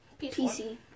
PC